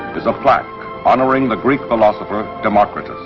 is a plaque, honouring the greek philosopher, democrates.